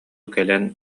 кэлэн